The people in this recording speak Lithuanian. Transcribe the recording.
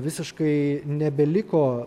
visiškai nebeliko